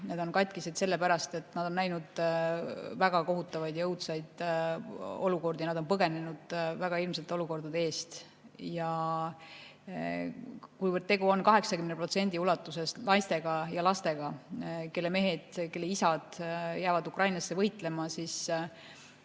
Nad on katkised sellepärast, et nad on näinud väga kohutavaid ja õudseid olukordi, nad on põgenenud väga hirmsate olukordade eest. Ja kuivõrd tegu on 80% ulatuses naiste ja lastega, kelle mehed ja isad on jäänud Ukrainasse võitlema –